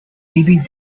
bebe